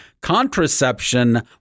contraception